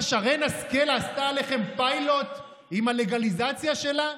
מה, שרן השכל עשתה עליכם פיילוט עם הלגליזציה שלה?